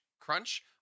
crunch